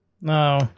No